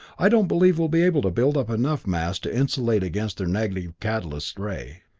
i don't believe we'll be able to build up enough mass to insulate against their negative catalysis ray.